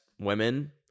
Women